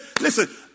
Listen